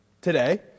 today